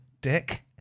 Dick